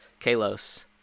Kalos